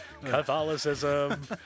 Catholicism